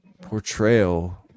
portrayal